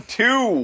two